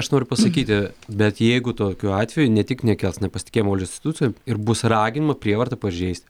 aš noriu pasakyti bet jeigu tokiu atveju ne tik nekels nepasitikėjimo valdžios institucijom ir bus raginama prievarta pažeisti